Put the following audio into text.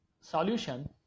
solution